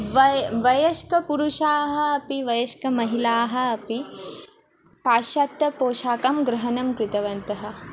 Y वयस्काः पुरुषाः अपि वयस्काः महिलाः अपि पाश्चात्य पोषाखं ग्रहणं कृतवन्तः